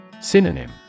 Synonym